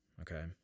Okay